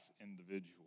individual